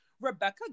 Rebecca